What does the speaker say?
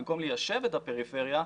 במקום ליישב את הפריפריה,